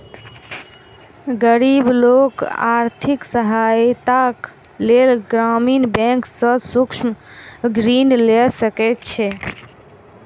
गरीब लोक आर्थिक सहायताक लेल ग्रामीण बैंक सॅ सूक्ष्म ऋण लय सकै छै